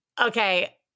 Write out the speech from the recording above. okay